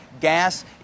gas